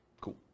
Cool